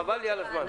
חבל לי על הזמן.